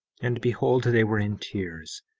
and beheld they were in tears,